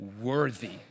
worthy